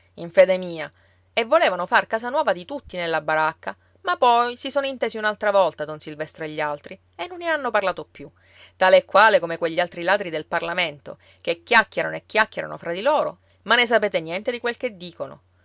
in fede mia e volevano far casa nuova di tutti nella baracca ma poi si sono intesi un'altra volta don silvestro e gli altri e non ne hanno parlato più tale e quale come quegli altri ladri del parlamento che chiacchierano e chiacchierano fra di loro ma ne sapete niente di quel che dicono